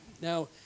now